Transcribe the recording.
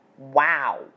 Wow